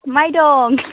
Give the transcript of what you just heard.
बबेहाय दं